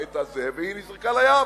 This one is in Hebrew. והיא נזרקה לים.